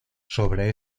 sobre